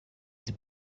the